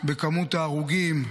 בכמות ההרוגים,